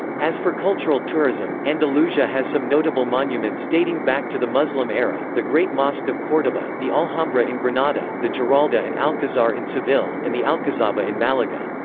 as for cultural tourism, andalusia has some notable monuments dating back to the muslim era the great mosque of cordoba, the alhambra in granada, the giralda and alcazar in seville, and the alcazaba in malaga.